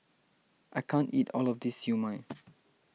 I can't eat all of this Siew Mai